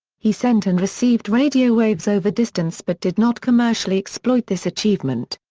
he sent and received radio waves over distance but did not commercially exploit this achievement.